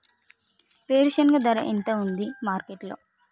వేరుశెనగ ధర ఎంత ఉంది మార్కెట్ లో?